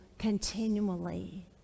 continually